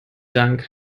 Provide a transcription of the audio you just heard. dank